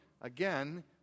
again